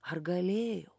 ar galėjau